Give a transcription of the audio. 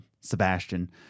sebastian